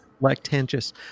Lactantius